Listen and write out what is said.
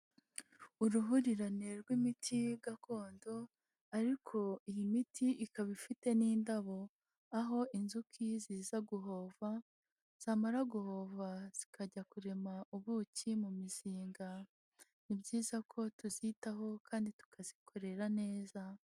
Uruhurirane rw'imiti gakondo, ariko iyi miti ikaba ifite n'indabo. Aho inzuki ziza guhova, zamara guhova zikajya kurema ubuki mu mizinga. Ni byiza ko tuzitaho kandi tukazikorera neza.